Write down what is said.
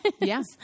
Yes